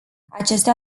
acestea